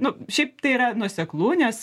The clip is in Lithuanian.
nu šiaip tai yra nuoseklu nes